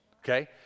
Okay